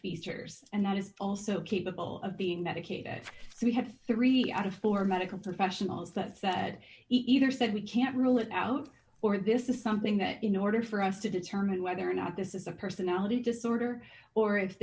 features and that is also capable of being medicated so we have three out of four medical professionals that said either said we can't rule it out or this is something that in order for us to determine whether or not this is a personality disorder or if